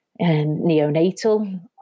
neonatal